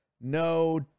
no